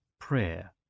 Prayer